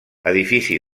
edifici